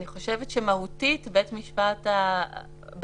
אני חושבת שמהותית בית המשפט הספציפי